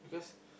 because